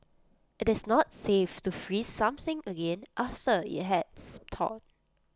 IT is not safe to freeze something again after IT has thawed